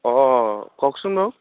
অ কওকচোন বাৰু